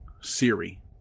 Siri